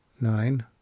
Nine